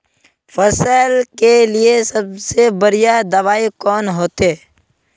फसल के लिए सबसे बढ़िया दबाइ कौन होते?